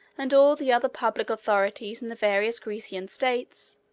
and all the other public authorities in the various grecian states,